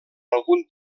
algun